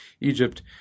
Egypt